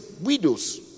widows